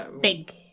Big